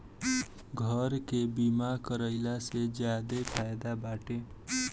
घर के बीमा कराइला से ज्यादे फायदा बाटे